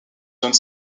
donne